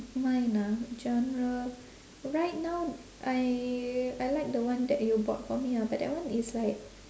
mine ah genre right now I I like the one that you bought for me ah but that one is like